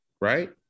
right